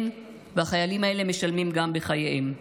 כן, והחיילים האלה משלמים גם בחייהם.